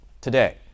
today